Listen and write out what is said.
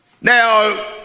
Now